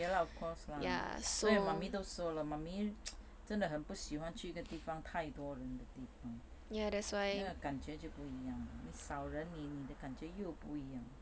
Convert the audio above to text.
ya lah of course 所有 mummy 都说了 mummy 真的很不喜欢去一个地方太多人感觉就不一样少人你的感觉又不一样